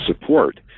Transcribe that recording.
support